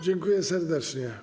Dziękuję serdecznie.